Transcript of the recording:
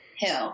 Hill